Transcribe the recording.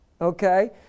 Okay